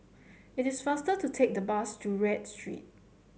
it is faster to take the bus to Read Street